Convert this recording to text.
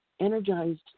energized